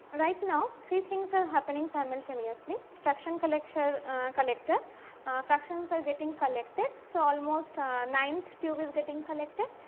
right now three things are happening simultaneously fraction collection collector fractions are getting collected. so, almost ninth tube is getting collected.